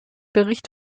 bericht